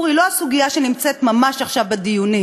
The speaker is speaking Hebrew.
היא לא הסוגיה שנמצאת ממש עכשיו בדיונים,